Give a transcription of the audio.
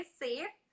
safe